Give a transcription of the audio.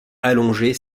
allongée